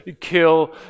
kill